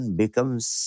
becomes